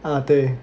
ah 对